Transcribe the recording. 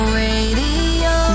radio